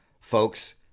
folks